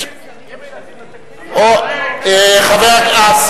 הם שייכים לתקציב, אדוני.